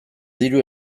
diru